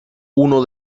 uno